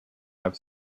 have